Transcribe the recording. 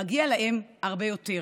מגיע להם הרבה יותר.